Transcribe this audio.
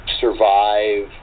survive